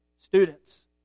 students